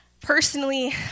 Personally